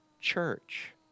Church